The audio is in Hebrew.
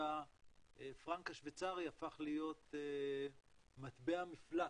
והפרנק השוויצרי הפך להיות מטבע מפלט,